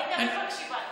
אני תמיד מקשיבה לך.